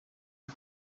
bwo